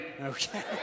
Okay